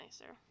nicer